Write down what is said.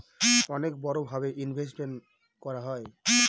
অনেক বড়ো ভাবে ইনভেস্টমেন্ট করা হয়